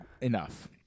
enough